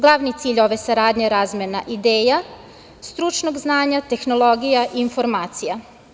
Glavni cilj ove saradnje je razmena ideja, stručnog znanja, tehnologija, informacija.